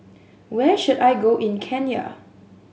where should I go in Kenya